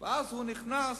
ואז הוא נכנס